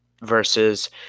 versus